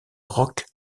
rock